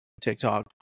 TikTok